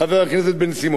אתה רק מקשיב.